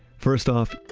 first off,